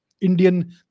Indian